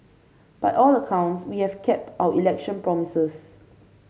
by all the accounts we have kept our election promises